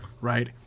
right